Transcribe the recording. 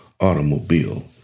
automobile